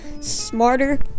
smarter